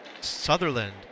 Sutherland